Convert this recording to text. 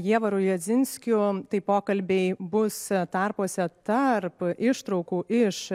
jėvaru jadzinskiu tai pokalbiai bus tarpuose tarp ištraukų iš